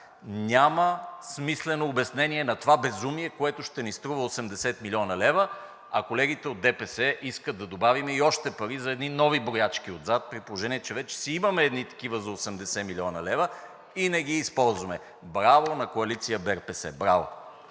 Няма смислено обяснение на това безумие, което ще ни струва 80 млн. лв., а колегите от ДПС искат да добавим и още пари за едни нови броячки отзад, при положение че вече си имаме едни такива за 80 млн. лв. и не ги използваме. Браво на коалиция БЕРПС! Браво!